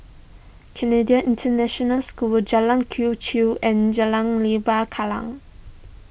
Canadian International School Jalan Quee Chew and Jalan Lembah Kallang